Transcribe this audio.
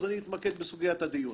אז אני אתמקד בסוגיית הדיון.